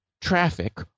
traffic